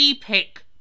Pick